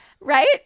Right